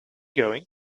going